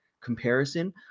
comparison